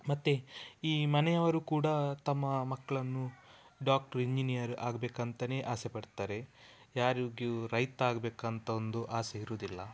ಮತ್ತು ಈ ಮನೆಯವರೂ ಕೂಡ ತಮ್ಮ ಮಕ್ಕಳನ್ನು ಡಾಕ್ಟ್ರು ಇಂಜಿನಿಯರ್ ಆಗ್ಬೇಕಂತಲೇ ಆಸೆಪಡ್ತಾರೆ ಯಾರಿಗೂ ರೈತ ಆಗಬೇಕಂತ ಒಂದು ಆಸೆ ಇರುವುದಿಲ್ಲ